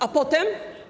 A potem?